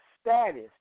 status